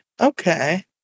okay